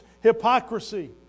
hypocrisy